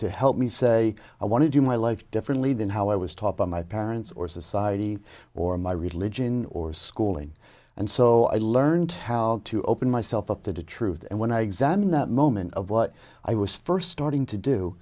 to help me say i want to do my life differently than how i was taught by my parents or society or my religion or schooling and so i learned how to open myself up to the truth and when i examine that moment of what i was first starting to do